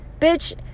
bitch